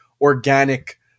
organic